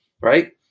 Right